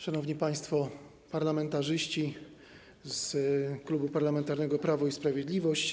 Szanowni Państwo Parlamentarzyści z Klubu Parlamentarnego Prawo i Sprawiedliwość!